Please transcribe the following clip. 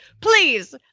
please